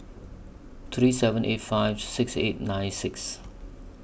three seven eight five six eight nine six